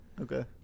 Okay